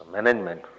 Management